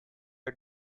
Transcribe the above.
are